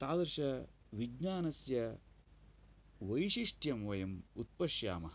तादृशविज्ञानस्य वैशिष्ट्यं वयम् उत्पश्यामः